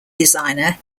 designer